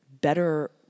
better